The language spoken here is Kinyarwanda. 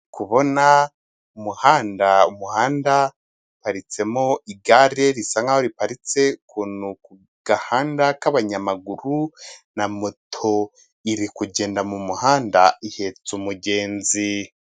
Ndi kubona umuhanda, umuhanda haparitsemo igare risa nk'aho riparitse ukuntu ku gahanda k'abanyamaguru, na moto iri kugenda mu muhanda ihetse umugenzi.